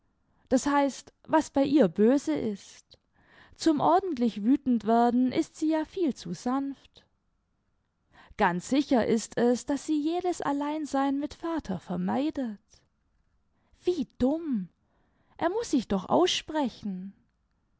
das heißt was bei ihr böse ist zum ordentlich wütendwerden ist sie ja viel zu sanft ganz sicher ist es daß sie jedes alleinsein mit vater vermeidet wie dümml er muß sich doch aussprechen